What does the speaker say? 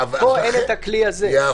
פה אין את הכלי הזה.